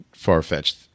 Far-fetched